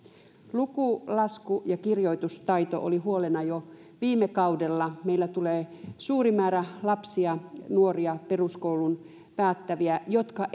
luku lasku ja kirjoitustaito oli huolena jo viime kaudella meillä tulee suuri määrä lapsia ja nuoria peruskoulun päättäviä jotka